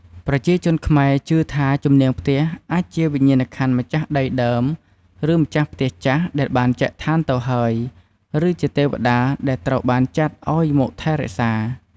ប្រជាជនខ្មែរជឿថាជំនាងផ្ទះអាចជាវិញ្ញាណក្ខន្ធម្ចាស់ដីដើមឬម្ចាស់ផ្ទះចាស់ដែលបានចែកឋានទៅហើយឬជាទេវតាដែលត្រូវបានចាត់ឲ្យមកថែរក្សា។